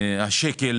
השקל